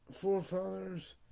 forefathers